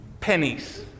pennies